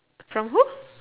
from who